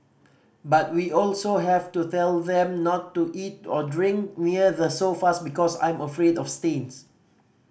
but we also have to tell them not to eat or drink near the sofas because I'm afraid of stains